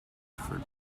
effort